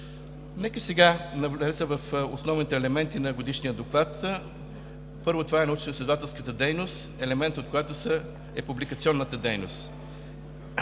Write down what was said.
Нека сега навляза в основните елементи на Годишния доклад. Първо, това е научноизследователската дейност, елемент от която е публикационната дейност.